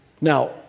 Now